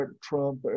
Trump